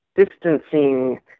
distancing